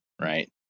right